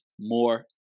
more